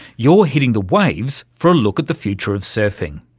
you're hitting the waves for a look at the future of surfing.